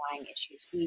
issues